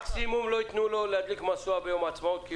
מקסימום לא יתנו לו להדליק משואה ביום העצמאות.....